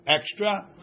extra